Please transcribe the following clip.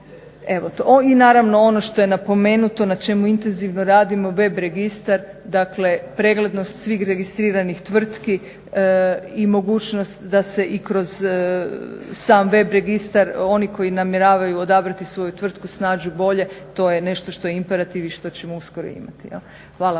I naravno ono što je napomenuto, na čemu intenzivno radimo, web registar, dakle preglednost svih registriranih tvrtki i mogućnost da se i kroz sam web registar oni koji namjeravaju odabrati svoju tvrtku snađu bolje, to je nešto što je imperativ i što ćemo uskoro imati. Hvala